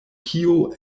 kio